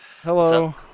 hello